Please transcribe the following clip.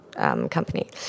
company